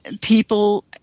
people